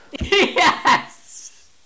Yes